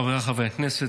חבריי חברי הכנסת,